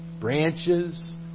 branches